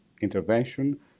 intervention